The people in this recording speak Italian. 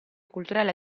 culturale